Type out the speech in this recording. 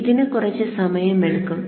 ഇതിന് കുറച്ച് സമയമെടുക്കും